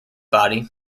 body